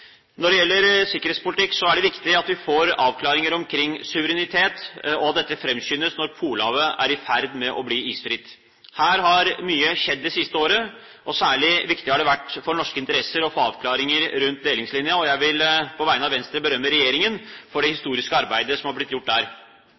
Når det gjelder sikkerhetspolitikk, er det viktig at vi får avklaringer omkring suverenitet, og at dette framskyndes når Polhavet er i ferd med å bli isfritt. Her har mye skjedd det siste året. Særlig viktig har det vært for norske interesser å få avklaringer rundt delingslinjen. Jeg vil på vegne av Venstre berømme regjeringen for det